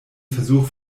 versuch